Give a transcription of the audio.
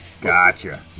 Gotcha